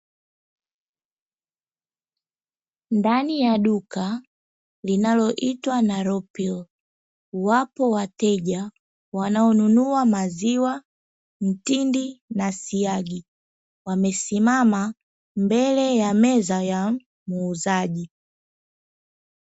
Ndani ya duka linaloitwa nalopiri wapo wateja wanaonunua maziwa, mtindi na siagi, wamesimama mbele ya meza ya muuzaji.